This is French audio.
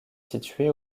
située